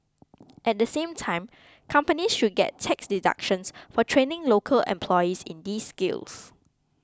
at the same time companies should get tax deductions for training local employees in these skills